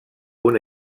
una